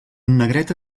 negreta